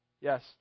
Yes